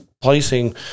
placing